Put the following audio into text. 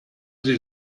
sie